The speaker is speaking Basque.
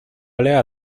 alea